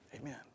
Amen